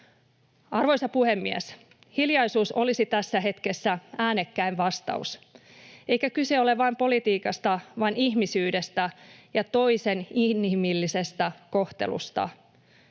Arvoisa puhemies! Hiljaisuus olisi tässä hetkessä äänekkäin vastaus. Eikä kyse ole vain politiikasta vaan ihmisyydestä ja toisen inhimillisestä kohtelusta.